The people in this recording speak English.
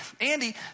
Andy